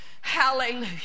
Hallelujah